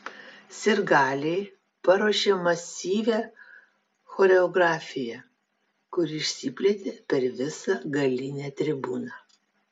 sirgaliai paruošė masyvią choreografiją kuri išsiplėtė per visą galinę tribūną